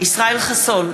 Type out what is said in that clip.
ישראל חסון,